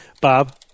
Bob